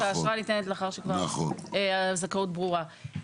והאשרה ניתנת לאחר שהזכאות ברורה.